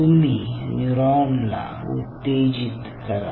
तुम्ही न्यूरॉन ला उत्तेजित करा